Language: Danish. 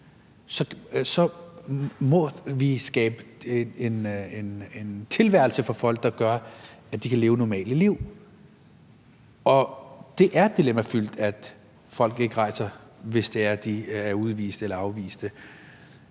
må vi skabe en tilværelse for folk, der gør, at de kan leve normale liv. Og det er dilemmafyldt, at folk ikke rejser, hvis det er, at de er udviste eller afviste.